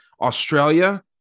Australia